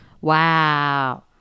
Wow